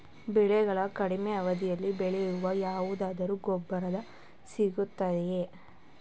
ಬೆಳೆಗಳು ಕಡಿಮೆ ಅವಧಿಯಲ್ಲಿ ಬೆಳೆಯಲು ಯಾವುದಾದರು ಗೊಬ್ಬರ ಸಿಗುತ್ತದೆಯೇ?